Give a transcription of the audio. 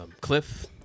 Cliff